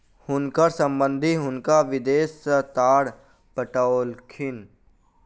हुनकर संबंधि हुनका विदेश सॅ तार पठौलखिन